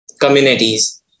communities